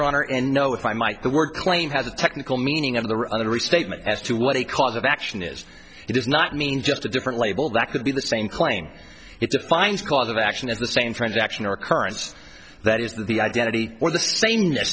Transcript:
honor in no if i might the word claim has a technical meaning of the or other restatement as to what a cause of action is it does not mean just a different label that could be the same claim it defines cause of action as the same transaction or currents that is the identity or the sameness